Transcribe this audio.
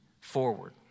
forward